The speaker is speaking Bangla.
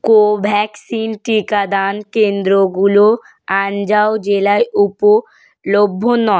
কোভ্যাক্সিন টিকাদান কেন্দ্রগুলো আনজাও জেলায় উপলভ্য নয়